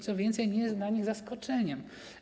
Co więcej, nie jest dla nich zaskoczeniem.